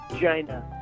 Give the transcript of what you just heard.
China